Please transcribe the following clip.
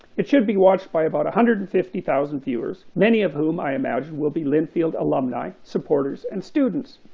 it should be watched by about a one hundred and fifty thousand viewers, many of whom i imagine will be linfield alumni supporters and students,